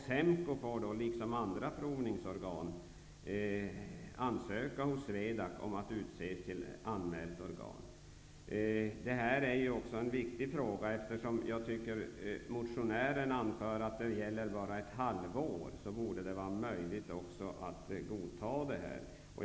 SEMKO får, liksom andra provningsorgan, ansöka hos Det här är en viktig fråga. Motionärerna anför att det bara handlar om ett halvår. Det borde därför vara möjligt att godta förslaget.